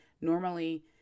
Normally